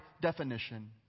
definition